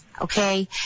Okay